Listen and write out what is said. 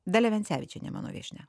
dalia vencevičienė mano viešnia